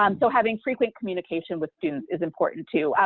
um so having frequent communication with students is important too.